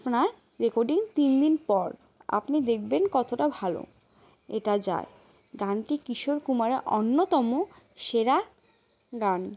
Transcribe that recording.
আপনার রেকর্ডিং তিন দিন পর আপনি দেখবেন কতটা ভালো এটা যা গানটি কিশোর কুমারের অন্যতম সেরা গান